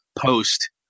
post